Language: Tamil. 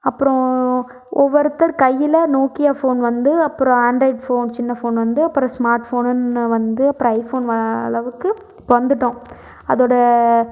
அப்புறோம் ஒவ்வொருத்தர் கையில் நோக்கியா ஃபோன் வந்து அப்புறம் ஆண்ட்ராய்ட் ஃபோன் சின்ன ஃபோன் வந்து அப்புறம் ஸ்மார்ட் ஃபோனுன்னு வந்து அப்புறம் ஐஃபோன் அளவுக்கு இப்போ வந்துவிட்டோம் அதோட